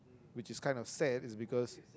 which is kind of sad is because